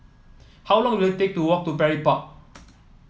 how long will it take to walk to Parry Walk